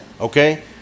Okay